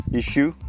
issue